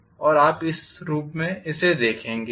आप इसे इस रूप में देखेंगे